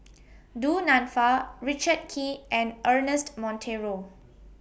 Du Nanfa Richard Kee and Ernest Monteiro